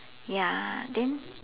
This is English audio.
ya then